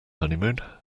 honeymoon